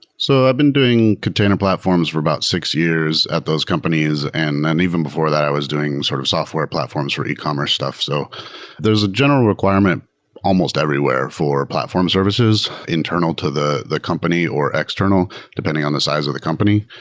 so i've been doing container platforms for about six years at those companies, and then even before that i was doing sort of software platforms for ecommerce stuff. so there's a general requirements almost everywhere for platform services internal to the the company or external, depending on the size of the company.